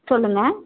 சொல்லுங்கள்